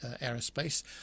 Aerospace